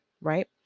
right